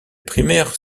primaires